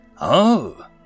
Oh